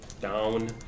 down